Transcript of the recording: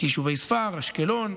כיישובי ספר, אשקלון,